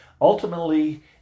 ultimately